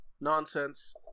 nonsense